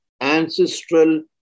ancestral